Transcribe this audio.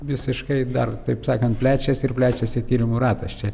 visiškai dar taip sakant plečiasi ir plečiasi tyrimų ratas čia